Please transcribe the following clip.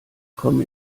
komme